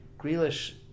Grealish